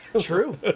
True